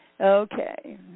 Okay